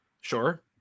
Sure